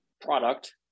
product